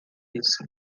isso